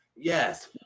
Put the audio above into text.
Yes